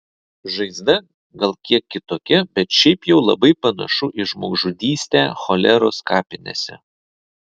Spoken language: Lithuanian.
žaizda gal kiek kitokia bet šiaip jau labai panašu į žmogžudystę choleros kapinėse